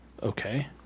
Okay